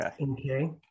okay